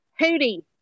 hootie